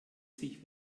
sich